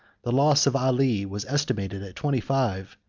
the loss of ali was estimated at twenty-five,